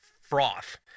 froth